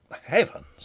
heavens